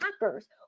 hackers